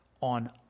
on